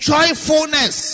Joyfulness